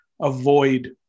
avoid